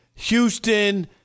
Houston